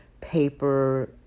paper